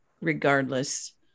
regardless